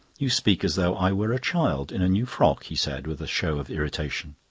you speak as though i were a child in a new frock, he said, with a show of irritation.